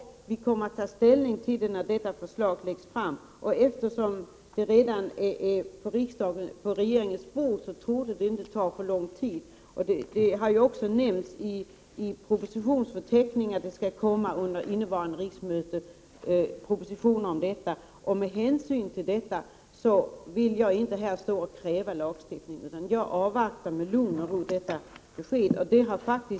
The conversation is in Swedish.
Vi kommer att ta ställning när detta förslag läggs fram. Eftersom det redan ligger på regeringens bord, torde detta inte ta alltför lång tid. Det har också nämnts i propositionsförteckningen att det under innevarande riksmöte skall komma en proposition om detta. Med hänsyn härtill vill jag inte stå här och kräva lagstiftning, utan jag avvaktar med lugn och ro detta besked.